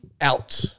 out